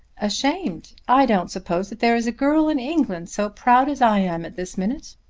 ashamed! i don't suppose that there is a girl in england so proud as i am at this minute.